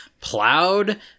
Plowed